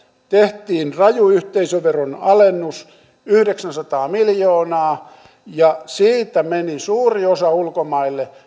tehtiin raju yhteisöveron alennus yhdeksänsataa miljoonaa ja siitä meni suuri osa ulkomaille